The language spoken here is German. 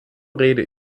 rede